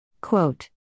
Quote